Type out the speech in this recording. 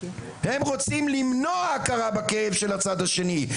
הם רוצים למנוע הכרה בכאב של הצד השני,